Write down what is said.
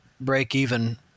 break-even